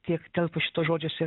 tiek telpa šituos žodžiuose